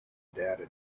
data